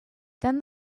then